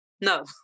No